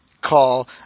call